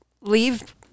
leave